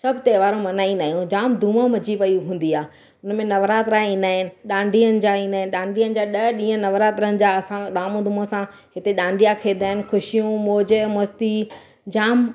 सभु त्योहार मल्हाईंदा आहियूं जाम धूम मची पई हूंदी आहे हुनमें नवरात्रा ईंदा आहिनि डांडीअनि जा डांडीअनि जा ॾह ॾींहंनि नवरात्रनि जा असां धाम धूम सां हिते डांडीअ खेॾंदा आहिनि ख़ुशियूं मौज़ मस्ती जाम